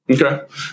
Okay